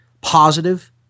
positive